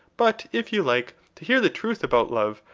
but if you like to hear the truth about love,